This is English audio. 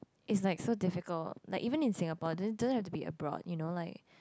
is like so difficult like even in Singapore you don't have to be abroad you know like